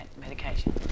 medication